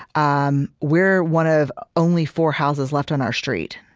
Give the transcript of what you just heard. um we're one of only four houses left on our street.